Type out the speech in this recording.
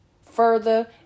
further